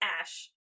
Ash